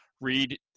read